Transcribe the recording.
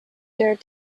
dared